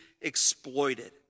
exploited